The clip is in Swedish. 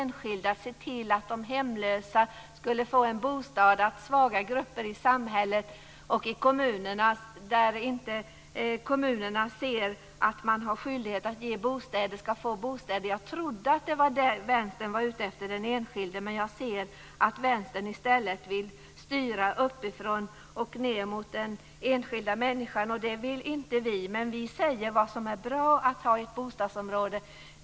Jag trodde att man var ute efter att se till att de hemlösa skulle få en bostad, att svaga grupper i samhället och i kommunerna skulle få bostäder då kommunerna inte ser att man har skyldighet att ge bostäder. Jag trodde att Vänstern var ute efter den enskilde. Men jag ser att Vänstern i stället vill styra uppifrån och ned mot den enskilda människan. Det vill inte vi, men vi säger vad som är bra att ha i ett bostadsområde.